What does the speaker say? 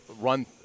run